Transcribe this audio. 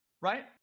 right